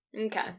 Okay